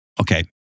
Okay